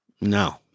No